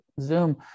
Zoom